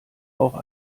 auch